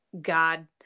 God